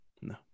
No